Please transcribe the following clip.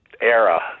era